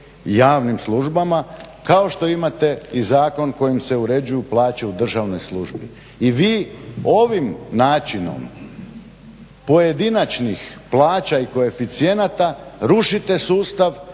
javnim službama, kao što imate i zakon kojim se uređuju plaće u državnoj službi. I vi ovim načinom pojedinačnim plaća i koeficijenata rušite sustav